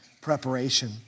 preparation